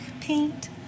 paint